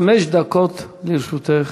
חמש דקות לרשותך,